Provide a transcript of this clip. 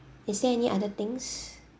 is there any other things